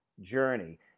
journey